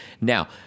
Now